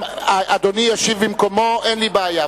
אדוני ישיב במקומו, אין לי בעיה.